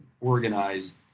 organized